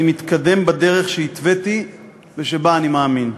מתקדם בדרך שהתוויתי ושבה אני מאמין.